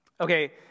okay